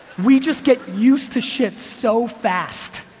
we just get used to shit so fast.